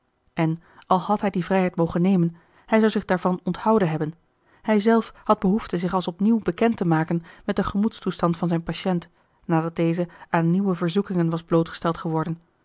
en al had hij die vrijheid mogen nemen hij zou zich daarvan onthouden hebben hij zelf had behoefte zich als opnieuw bekend te maken met den gemoedstoestand van zijn patiënt nadat deze aan nieuwe verzoekingen was blootgesteld geworden